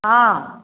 हँ